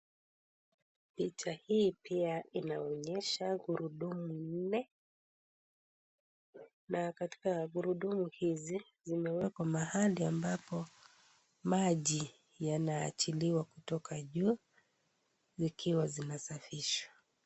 Picha hii pia inaonyesha gurudumu nne na katika gurudumu hizi zimewekwa mahali ambapo maji yanaachiliwa kutoka juu zikiwa zinasafishwa.